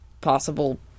possible